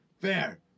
Fair